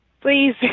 Please